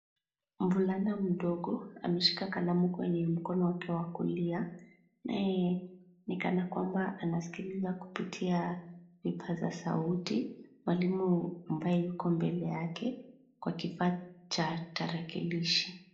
Mvulana mdogo ameshika kalamu kwenye mkono wake wa kulia naye ni kana kwamba anasikiliza kupitia vipazasauti. Mwalimu ambaye yuko mbele yake kwa kipata tarakilishi.